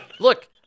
Look